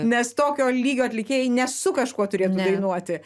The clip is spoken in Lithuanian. nes tokio lygio atlikėjai ne su kažkuo turėtų dainuoti